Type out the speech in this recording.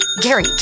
Gary